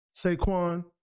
Saquon